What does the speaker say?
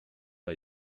bei